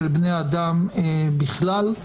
של בני-האדם בכלל.